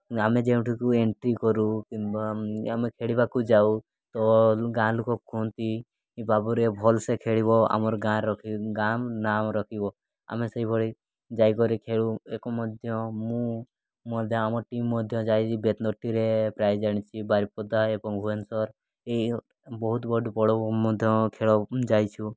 ଆମେ ଯେଉଁଠିକୁ ଏଣ୍ଟ୍ରି କରୁ କିମ୍ବା ଆମେ ଖେଳିବାକୁ ଯାଉ ତ ଗାଁ ଲୋକ କୁହନ୍ତି ବାବୁରେ ଭଲସେ ଖେଳିବ ଆମର ଗାଁ ରଖିବ ଗାଁ ନାମ ରଖିବ ଆମେ ସେହିଭଳି ଯାଇକରି ଖେଳୁ ଏକ ମଧ୍ୟ ମୁଁ ମଧ୍ୟ ଆମ ଟିମ୍ ମଧ୍ୟ ଯାଇ ବେତନଟିରେ ପ୍ରାଇଜ୍ ଆଣିଛି ବାରିପଦା ଏବଂ ଭୁବନେଶ୍ୱର ଏହି ବହୁତ ବଡ଼ ବଡ଼ ମଧ୍ୟ ଖେଳ ଯାଇଛୁ